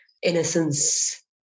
innocence